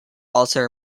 also